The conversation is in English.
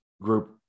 group